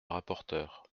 rapporteur